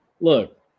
Look